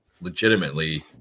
legitimately